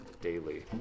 daily